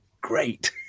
great